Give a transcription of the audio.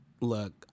Look